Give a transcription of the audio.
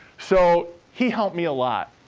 so, he helped me a lot.